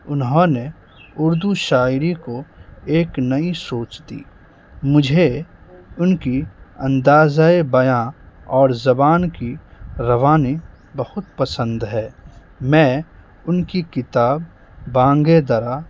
انہوں نے اردو شاعری کو ایک نئی سوچ دی مجھے ان کی اندازۂ بیاں اور زبان کی روانی بہت پسند ہے میں ان کی کتاب بانگ درا